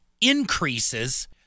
increases